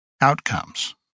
outcomes